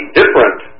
different